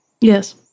yes